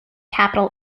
capital